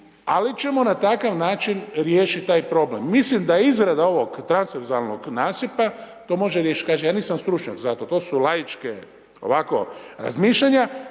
ali ćemo na takav način riješiti taj problem. Mislim da je izrada ovog transverzalnog nasipa to može riješiti. Kažem, ja nisam stručnjak za to, to su laičke, ovako razmišljanja